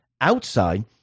outside